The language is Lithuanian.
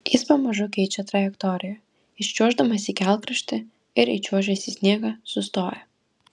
jis pamažu keičia trajektoriją iščiuoždamas į kelkraštį ir įčiuožęs į sniegą sustoja